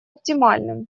оптимальным